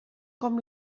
com